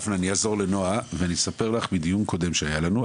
אני אעזור לנועה ואני אספר לך מהדיון הקודם שהיה לנו,